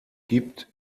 gibt